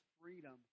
freedom